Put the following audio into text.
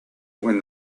when